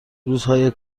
روزهای